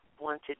wanted